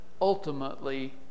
ultimately